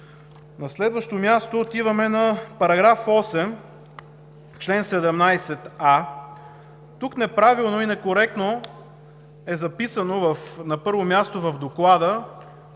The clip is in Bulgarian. На следващо място, отиваме на § 8, чл. 17а. Тук неправилно и некоректно е записано на първо място в Доклада,